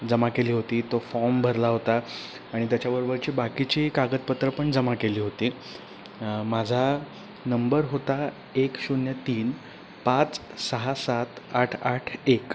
जमा केली होती तो फॉर्म भरला होता आणि त्याच्याबरोबरची बाकीची कागदपत्रं पण जमा केली होती माझा नंबर होता एक शून्य तीन पाच सहा सात आठ आठ एक